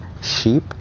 sheep